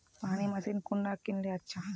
पानी मशीन कुंडा किनले अच्छा?